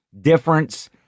difference